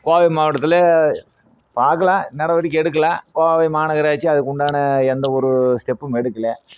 கோவை மாவட்டத்தில் பாக்கலாம் நடவடிக்கை எடுக்கலை கோவை மாநகராட்சி அதுக்கு உண்டான எந்த ஒரு ஸ்டெப்பும் எடுக்கலை